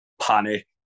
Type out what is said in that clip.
panic